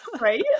Right